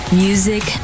music